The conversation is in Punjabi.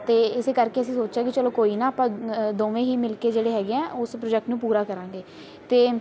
ਅਤੇ ਇਸੇ ਕਰਕੇ ਅਸੀਂ ਸੋਚਿਆ ਕਿ ਚਲੋ ਕੋਈ ਨਾ ਆਪਾਂ ਦੋਵੇਂ ਹੀ ਮਿਲ ਕੇ ਜਿਹੜੇ ਹੈਗੇ ਆ ਉਸ ਪ੍ਰੋਜੈਕਟ ਨੂੰ ਪੂਰਾ ਕਰਾਂਗੇ ਅਤੇ